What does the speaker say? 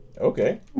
Okay